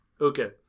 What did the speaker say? Okay